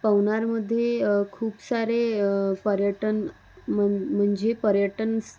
पवनारमध्ये खूप सारे पर्यटन मन म्हणजे पर्यटन स्